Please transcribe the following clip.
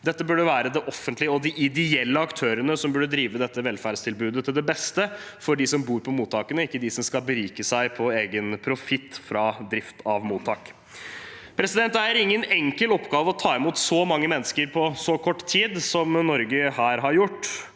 Det er det offentlige og de ideelle aktørene som burde drive dette velferdstilbudet, til det beste for dem som bor på mottakene – ikke de som skal berike seg på egen profitt fra drift av mottak. Det er ingen enkel oppgave å ta imot så mange mennesker på så kort tid som Norge her har gjort.